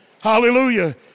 Hallelujah